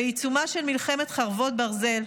בעיצומה של מלחמת חרבות ברזל,